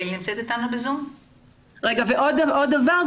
עוד דבר,